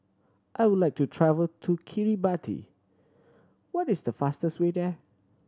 I would like to travel to Kiribati what is the fastest way there